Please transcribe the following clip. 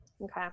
Okay